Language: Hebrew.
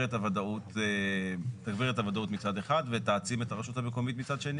את הוודאות מצד אחד ותעצים את הרשות המקומית מצד שני,